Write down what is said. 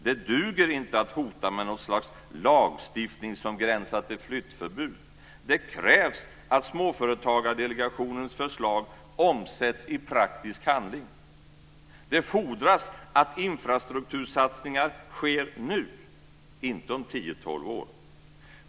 Det duger inte att hota med något slags lagstiftning som gränsar till flyttförbud. Det krävs att Småföretagsdelegationens förslag omsätts i praktisk handling. Det fordras att infrastruktursatsningar sker nu, inte om tio, tolv år.